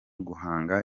guhanga